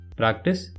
practice